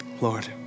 Lord